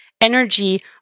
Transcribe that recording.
energy